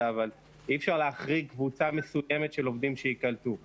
אבל זאת לא מערכת חינוך פרטית.